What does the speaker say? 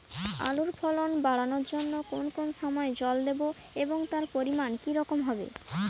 আলুর ফলন বাড়ানোর জন্য কোন কোন সময় জল দেব এবং তার পরিমান কি রকম হবে?